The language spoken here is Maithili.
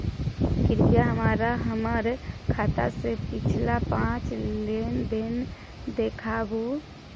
कृपया हमरा हमर खाता से पिछला पांच लेन देन देखाबु